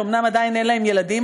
שאומנם עדיין אין להם ילדים,